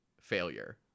failure